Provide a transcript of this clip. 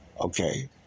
Okay